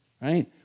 right